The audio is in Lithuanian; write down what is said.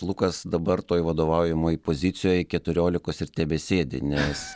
lukas dabar toj vadovaujamoj pozicijoj keturiolikos ir tebesėdi nes